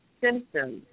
symptoms